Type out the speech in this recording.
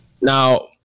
Now